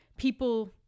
People